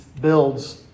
builds